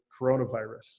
coronavirus